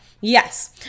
Yes